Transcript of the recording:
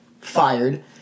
fired